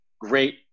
great